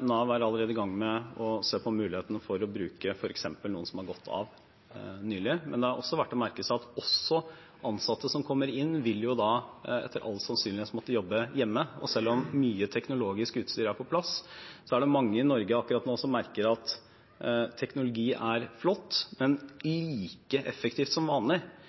Nav er allerede i gang med å se på mulighetene for å bruke f.eks. noen som har gått av nylig, men det er verdt å merke seg at også ansatte som kommer inn, etter all sannsynlighet vil måtte jobbe hjemmefra. Selv om mye teknologisk utstyr er på plass, er det mange i Norge akkurat nå som merker at teknologi er flott, men